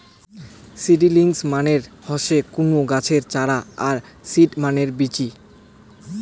seedlings মানে হসে কুনো গাছের চারা আর সিড মানে বীচি